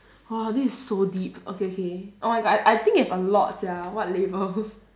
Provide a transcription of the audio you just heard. !wah! this is so deep okay okay oh my god I I think you have a lot sia what labels